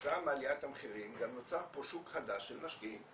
כתוצאה מעליית המחירים גם נוצר פה שוק חדש של משקיעים,